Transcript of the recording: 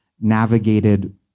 navigated